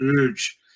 urge